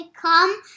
come